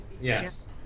Yes